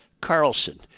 Carlson